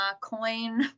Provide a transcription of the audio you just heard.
coin